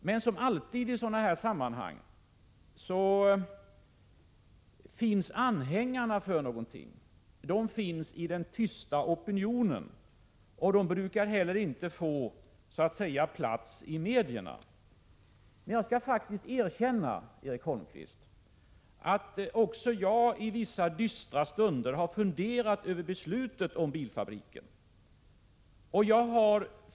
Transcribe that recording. Men som alltid i sådana här sammanhang finns anhängarna inom den tysta opinionen, och de brukar ju inte så att säga få plats i medierna. Men jag skall faktiskt erkänna, Erik Holmkvist, att också jag i vissa dystra stunder har funderat över beslutet om bilfabriken.